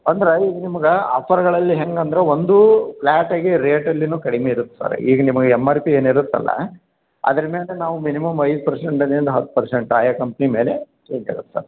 ಅಂದ್ರ ಈಗ ನಿಮ್ಗ ಆಫರ್ಗಳಲ್ಲಿ ಹೆಂಗೆ ಅಂದ್ರ ಒಂದು ಫ್ಲ್ಯಾಟಗೆ ರೇಟಲ್ಲಿನು ಕಡಿಮೆ ಇರುತ್ತೆ ಸರ್ ಈಗ ನಿಮ್ಗ ಎಮ್ ಆರ್ ಪಿ ಏನು ಇರುತ್ತಲ್ಲ ಅದ್ರ ಮೇಲೆ ನಾವು ಮಿನಿಮಮ್ ಐದು ಪರ್ಸೆಂಟ್ದಿಂದ ಹತ್ತು ಪರ್ಸೆಂಟ್ ಆಯ ಕಂಪ್ನಿ ಮೇಲೆ ಸಿಕ್ಕಿರುತ್ತೆ